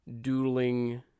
doodling